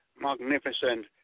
magnificent